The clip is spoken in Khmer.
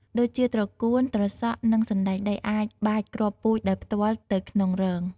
ដូចជា ត្រកួន ត្រសក់ និង សណ្ដែកដី អាចបាចគ្រាប់ពូជដោយផ្ទាល់ទៅក្នុងរង។